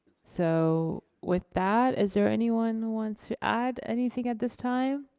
so, with that is there anyone who wants to add anything at this time?